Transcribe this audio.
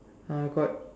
uh got